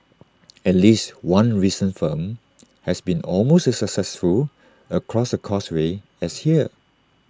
at least one recent film has been almost as successful across the causeway as here